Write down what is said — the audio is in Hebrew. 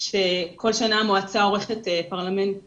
שכל שנה המועצה עורכת פרלמנט נוער,